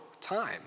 time